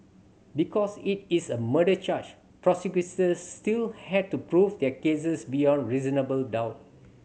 because it is a murder charge prosecutors still had to prove their cases beyond reasonable doubt